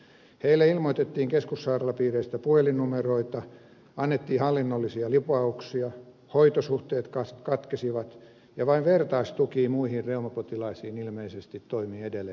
heille ilmoitettiin keskussairaalapiireistä puhelinnumeroita annettiin hallinnollisia lupauksia hoitosuhteet katkesivat ja vain vertaistuki muihin reumapotilaisiin ilmeisesti toimii edelleen samalla lailla